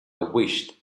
wished